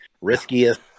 riskiest